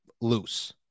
loose